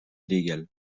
illégal